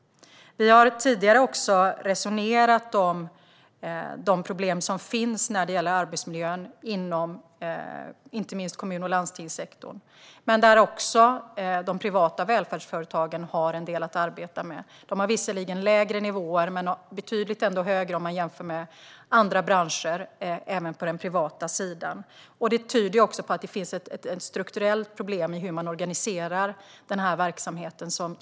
Vi har tidigare också resonerat om de problem som finns när det gäller arbetsmiljön inte minst inom kommun och landstingssektorn, men även de privata välfärdsföretagen har en del att arbeta med. De har visserligen lägre nivåer men ändå betydligt högre jämfört med andra branscher på den privata sidan, vilket tyder på att det finns ett strukturellt problem i hur man organiserar den här verksamheten.